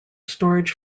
storage